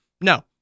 No